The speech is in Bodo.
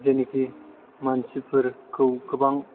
जेनाखि मानसिफोरखौ गोबां